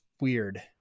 weird